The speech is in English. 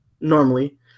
normally